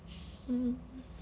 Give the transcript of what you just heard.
mm